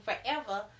forever